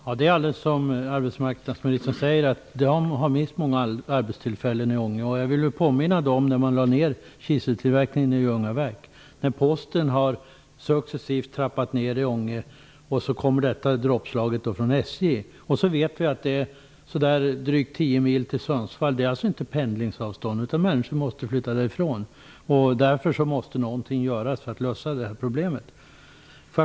Herr talman! Det är alldeles riktigt som arbetsmarknadsministern säger. Man har mist många arbetstillfällen i Ånge. Jag vill påminna om att kiseltillverkningen i Ljungaverk lades ned och att Posten successivt har trappat ned i Ånge. Nu kommer detta dråpslag från SJ. Vi vet att det är drygt 10 mil till Sundsvall. Det är inte pendlingsavstånd. Människor måste flytta från Ånge. Därför måste någonting göras för att lösa detta problem.